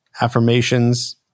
affirmations